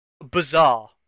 bizarre